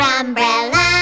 umbrella